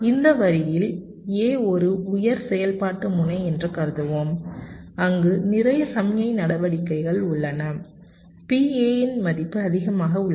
இந்த வரியில் A ஒரு உயர் செயல்பாட்டு முனை என்று கருதுவோம் அங்கு நிறைய சமிக்ஞை நடவடிக்கைகள் உள்ளன PA இன் மதிப்பு அதிகமாக உள்ளது